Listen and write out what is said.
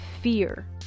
fear